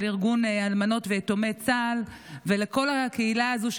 ארגון אלמנות ויתומי צה"ל ולכל הקהילה הזו,